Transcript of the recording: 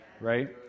right